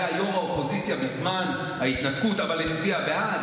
היה ראש האופוזיציה בזמן ההתנתקות אבל הצביע בעד,